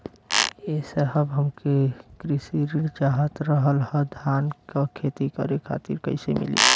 ए साहब हमके कृषि ऋण चाहत रहल ह धान क खेती करे खातिर कईसे मीली?